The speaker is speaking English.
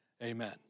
Amen